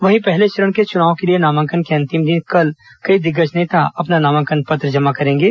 वहीं पहले चरण के चुनाव के लिए नामांकन के अंतिम दिन कल कई दिग्गज नेता अपना नामांकन पत्र जमा करेंगे